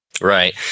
Right